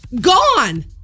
gone